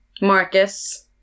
Marcus